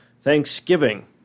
Thanksgiving